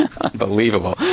Unbelievable